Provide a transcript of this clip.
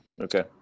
Okay